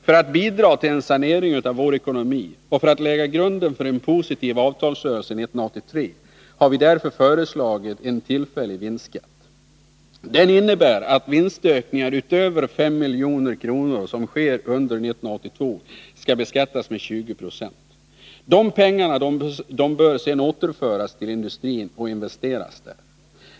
För att bidra till en sanering av vår ekonomi och lägga grunden för en positiv avtalsrörelse 1983 har vi därför föreslagit en tillfällig vinstskatt. Den innebär att de vinstökningar utöver 5 milj.kr. som sker under 1982 skall beskattas med 20 26. De pengarna bör sedan återföras till industrin och investeras där.